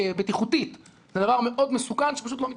בטיחותית זה דבר מאוד מסוכן שפשוט לא מתאפשר.